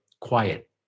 quiet